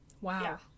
Wow